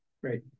Great